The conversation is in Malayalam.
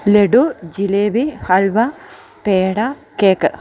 ലഡു ജിലേബി ഹൽവ പേഡ കേക്ക്